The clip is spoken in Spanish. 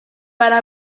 para